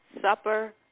Supper